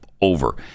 Over